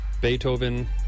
Beethoven